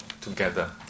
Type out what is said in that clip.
together